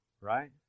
right